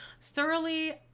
Thoroughly